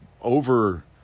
over